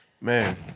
Man